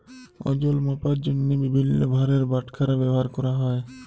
ওজল মাপার জ্যনহে বিভিল্ল্য ভারের বাটখারা ব্যাভার ক্যরা হ্যয়